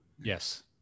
Yes